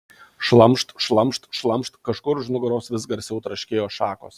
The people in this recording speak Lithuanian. šlamšt šlamšt šlamšt kažkur už nugaros vis garsiau traškėjo šakos